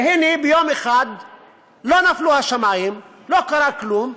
והנה, לא נפלו השמים ביום אחד, לא קרה כלום,